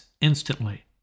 instantly